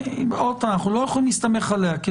לא יכולים להסתמך על השקופית הזאת כי